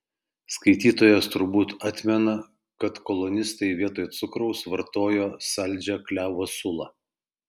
skaitytojas turbūt atmena kad kolonistai vietoj cukraus vartojo saldžią klevo sulą